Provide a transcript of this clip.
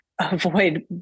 avoid